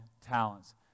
talents